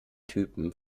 typen